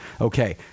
Okay